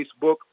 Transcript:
Facebook